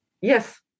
yes